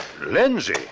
Lindsay